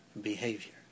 behavior